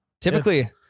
Typically